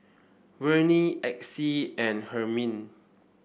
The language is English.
Verne Exie and Hermine